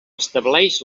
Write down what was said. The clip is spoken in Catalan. estableix